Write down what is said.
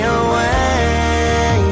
away